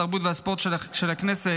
התרבות והספורט של הכנסת,